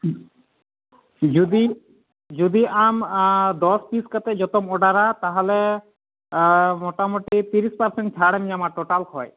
ᱡᱩᱫᱤ ᱡᱩᱫᱤ ᱟᱢ ᱫᱚᱥ ᱯᱤᱥ ᱠᱟᱛᱮᱫ ᱡᱚᱛᱚᱢ ᱚᱰᱟᱨᱟ ᱛᱟᱦᱚᱞᱮ ᱢᱚᱴᱟᱢᱩᱴᱤ ᱛᱤᱨᱤᱥ ᱯᱟᱨᱥᱮᱱ ᱪᱷᱟᱲᱮᱢ ᱧᱟᱢᱟ ᱴᱳᱴᱟᱞ ᱠᱷᱚᱱ